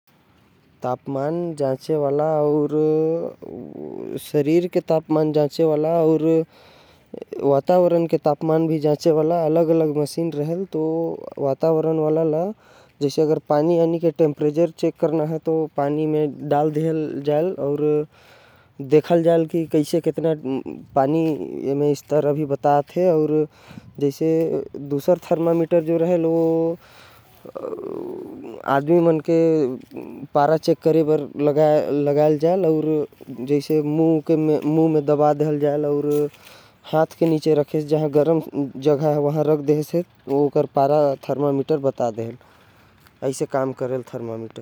तापमान जांचे बर तीन प्रकार के थर्मोमीटर आथे। जेकर अगर बात करब तो पानी के तापमान जांचे। बर मीटर पानी के उपर लगा के तापमान जांचथे। शरीर के तापमान जाँचे बर थर्मोमीटर के इस्तेमाल करथे। जेके शरीर के गरम हिस्सा म लगा के तापमान जाँचल जायेल।